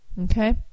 Okay